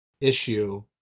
issue